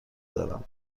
دارم